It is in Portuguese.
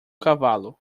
cavalo